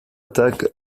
attack